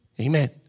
Amen